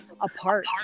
apart